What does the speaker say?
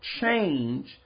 change